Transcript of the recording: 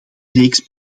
reeks